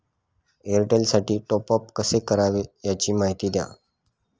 एअरटेलसाठी टॉपअप कसे करावे? याची माहिती द्या